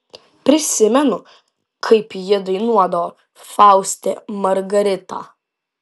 prisimenu kaip ji dainuodavo fauste margaritą